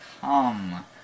come